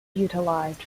utilised